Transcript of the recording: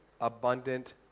abundant